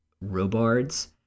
Robards